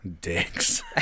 Dicks